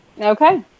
Okay